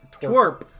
Twerp